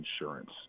insurance